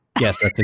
Yes